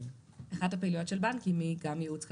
אחת הפעילויות של בנקים היא גם ייעוץ כלכלי,